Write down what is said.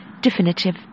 definitive